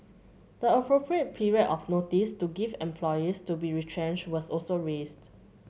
the appropriate period of notice to give employees to be retrenched was also raised